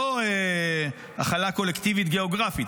לא החלה קולקטיבית-גיאוגרפית,